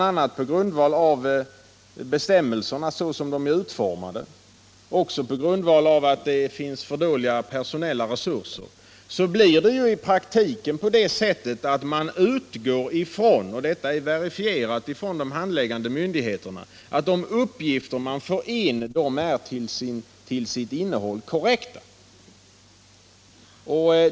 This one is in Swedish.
a. på grundval av bestämmelserna såsom de är utformade och på grundval av de dåliga personella resurserna blir det i praktiken så — detta är verifierat av de handläggande myndigheterna — att man utgår från att de uppgifter som man får in är till sitt innehåll korrekta.